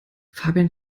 fabian